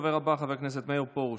הדובר הבא הוא חבר הכנסת מאיר פרוש.